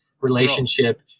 relationship